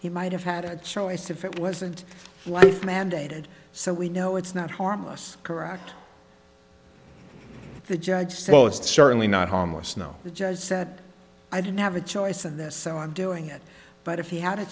he might have had a choice if it wasn't mandated so we know it's not harmless correct the judge slow it's certainly not harmless no the judge said i didn't have a choice in this so i'm doing it but if he had a